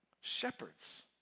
shepherds